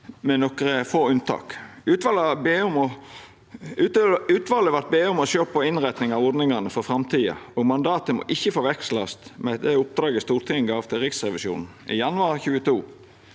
med nokre få unntak. Utvalet vart bede om å sjå på innretninga av ordningane for framtida, og mandatet måtte ikkje forvekslast med oppdraget Stortinget gav til Riksrevisjonen i januar 2022.